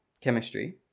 chemistry